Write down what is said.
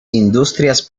industrias